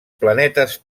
planetes